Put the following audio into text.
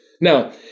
Now